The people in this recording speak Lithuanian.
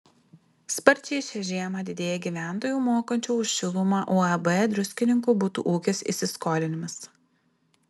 sparčiai šią žiemą didėja gyventojų mokančių už šilumą uab druskininkų butų ūkis įsiskolinimas